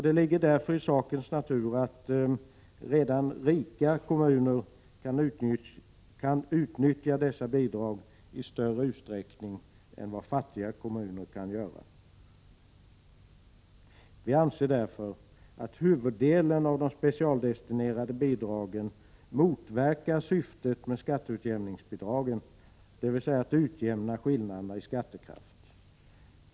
Det ligger därför i sakens natur att redan ”rika” kommuner kan utnyttja dessa bidrag i större utsträckning än vad ”fattiga” kommuner kan göra. Vi anser därför att huvuddelen av de specialdestinerade bidragen motverkar syftet med skatteutjämningsbidragen, dvs. att utjämna skillnaderna i skattekraft.